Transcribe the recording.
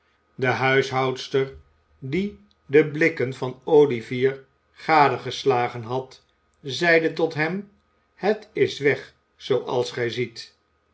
de huishoudster die de blikken van olivier i gadegeslagen had zeide tot hem het is weg j zooals gij ziet